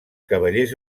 cavallers